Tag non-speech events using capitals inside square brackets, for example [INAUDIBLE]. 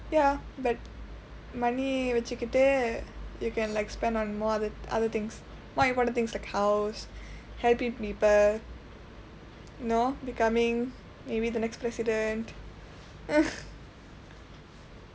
ya but money வைச்சுக்கிட்டு:vaichsukitdu you can like spend on more than other things more important things like house helping people or becoming maybe the next president [LAUGHS]